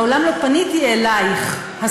מעולם לא פניתי אלייךְ,